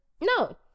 No